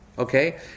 Okay